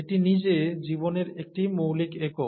এটি নিজে জীবনের একটি মৌলিক একক